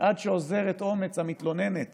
עד שאוזרת אומץ המתלוננת